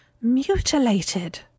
mutilated